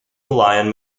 lyon